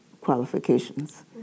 qualifications